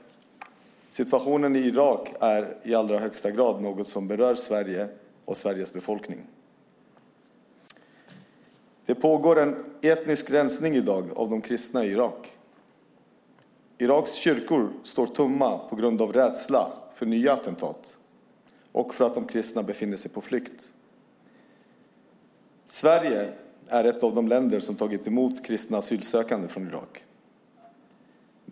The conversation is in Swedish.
Situationen i Irak är i allra högsta grad något som berör Sverige och Sveriges befolkning. I dag pågår en etnisk rensning av de kristna i Irak. Iraks kyrkor står tomma på grund av rädsla för nya attentat och för att de kristna befinner sig på flykt. Sverige är ett av de länder som har tagit emot kristna asylsökande från Irak.